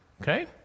Okay